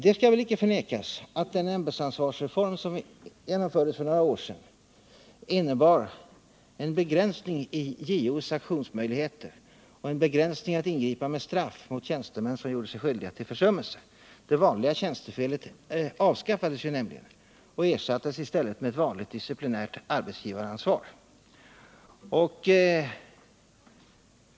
Det skall väl inte förnekas att den ämbetsansvarsreform som genomfördes för några år sedan innebar en begränsning av JO:s aktionsmöjligheter och en begränsning i möjligheterna att ingripa med straff mot tjänstemän som gjort sig skyldiga till försummelse. Det vanliga tjänstefelet avskaffades nämligen och ersattes med ett vanligt disciplinärt arbetsgivaransvar.